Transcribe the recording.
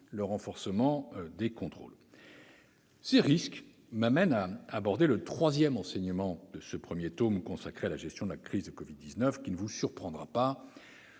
le renforcement des contrôles. Ces risques m'amènent à aborder le troisième enseignement de ce premier tome consacré à la gestion de la crise du covid-19 : son coût financier est